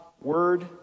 word